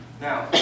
Now